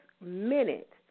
minute